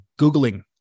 Googling